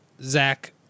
Zach